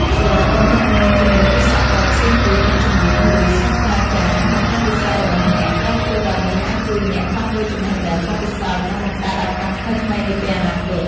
ភ្ជាប់ ទំនាក់ទំនងជាមួយវិស្វករផ្សេងទៀត អ្នកជំនាញ ឬសាស្ត្រាចារ្យ នៅក្នុងវិស័យរបស់អ្នក។ ការធ្វើបែបនេះអាចជួយអ្នក ផ្លាស់ប្តូរចំណេះដឹង បទពិសោធន៍ និងបង្កើតឱកាសថ្មីៗនាពេលអនាគត។